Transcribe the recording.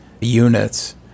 units